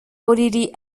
olili